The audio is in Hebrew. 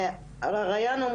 ריאן,